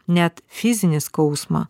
net fizinį skausmą